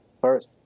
first